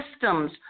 systems